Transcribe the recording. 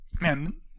Man